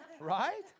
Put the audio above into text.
right